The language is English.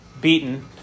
beaten